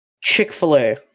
Chick-fil-A